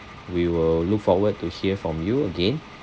we will look forward to hear from you again